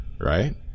Right